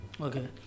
Okay